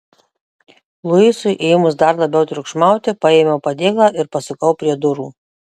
luisui ėmus dar labiau triukšmauti paėmiau padėklą ir pasukau prie durų